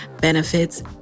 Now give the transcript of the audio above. benefits